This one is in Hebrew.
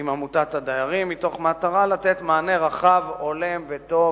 עם עמותת הדיירים, במטרה לתת מענה רחב, הולם וטוב,